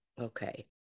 Okay